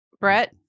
Brett